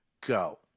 go